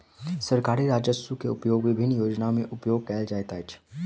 सरकारी राजस्व के उपयोग विभिन्न योजना में उपयोग कयल जाइत अछि